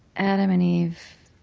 adam and eve